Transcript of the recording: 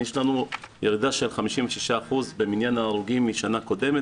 יש לנו ירידה של 56% במניין ההרוגים משנה קודמת